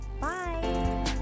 Bye